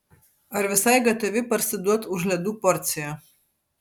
ar visai gatavi parsiduot už ledų porciją